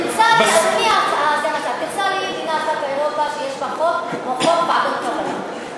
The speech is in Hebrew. תמצא לי מדינה אחת באירופה שיש בה חוק כמו חוק ועדות קבלה.